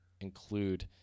include